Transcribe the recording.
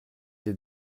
des